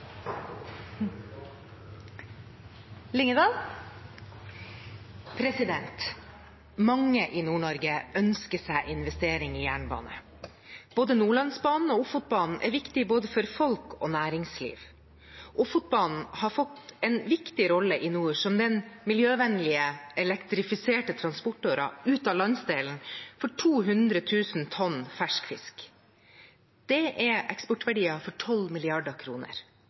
i Nord-Norge ønsker seg investering i jernbane. Både Nordlandsbanen og Ofotbanen er viktige for folk og næringsliv. Ofotbanen har fått en viktig rolle i nord som den miljøvennlige, elektrifiserte transportåren ut av landsdelen for 200 000 tonn fersk fisk. Det er fisk for 12 mrd. kroner.